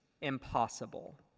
impossible